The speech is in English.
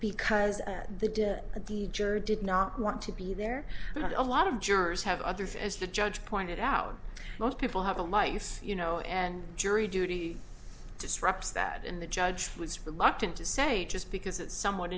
jure did not want to be there a lot of jurors have others as the judge pointed out most people have a life you know and jury duty disrupts that in the judge was reluctant to say just because it's some